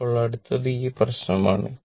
ഇപ്പോൾ അടുത്തത് ഈ പ്രശ്നമാണ്